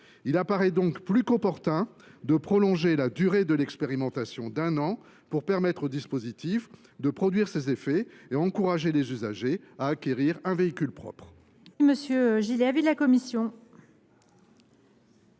Il apparaît donc plus qu’opportun de prolonger la durée de l’expérimentation d’un an, pour permettre au dispositif de produire ses effets et encourager les usagers à acquérir un véhicule propre.